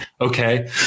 Okay